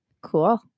Cool